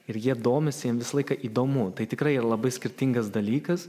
ir jie domisi jiem visą laiką įdomu tai tikrai yra labai skirtingas dalykas